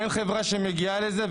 אין חברה שמגיעה לזה.